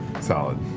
Solid